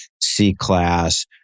C-class